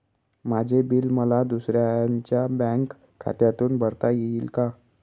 माझे बिल मला दुसऱ्यांच्या बँक खात्यातून भरता येईल का?